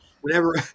Whenever